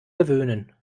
gewöhnen